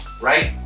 right